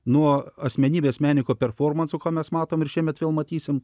nuo asmenybės meniko performansų ką mes matome ir šiemet vėl matysime